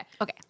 okay